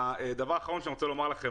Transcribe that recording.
דבר אחרון שאני רוצה לומר לכם,